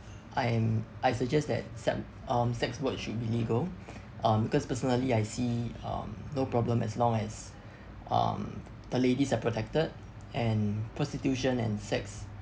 I'm I suggest that se~ um sex work should be legal um because personally I see um no problem as long as um the ladies are protected and prostitution and sex